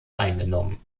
eingenommen